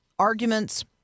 arguments